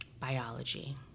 Biology